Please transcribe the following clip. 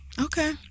Okay